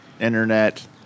Internet